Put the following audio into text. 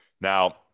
Now